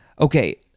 Okay